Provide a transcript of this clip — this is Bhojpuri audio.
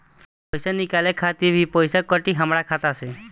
पईसा निकाले खातिर भी पईसा कटी हमरा खाता से?